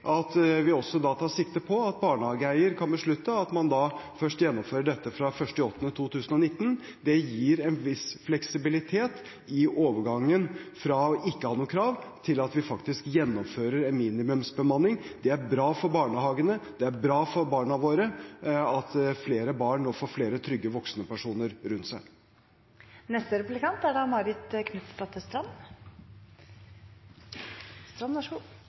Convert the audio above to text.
at vi tar sikte på at barnehageeier kan beslutte at man først gjennomfører dette fra 1. august 2019. Det gir en viss fleksibilitet i overgangen fra ikke å ha noen krav til at vi faktisk gjennomfører en minimumsbemanning. Det er bra for barnehagene, og det er bra for barna våre at flere barn nå får flere trygge voksenpersoner rundt seg. Dette er